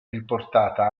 riportata